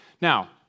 Now